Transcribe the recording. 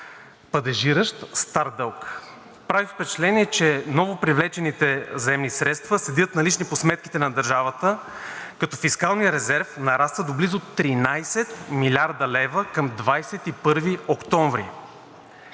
падежиращ стар дълг. Прави впечатление, че новопривлечените заемни средства седят налични по сметките на държавата, като фискалният резерв нараства до близо 13 млрд. лв. към 21 октомври.